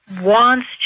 wants